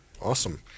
awesome